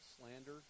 slander